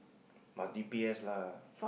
must G_P_S